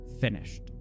finished